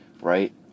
right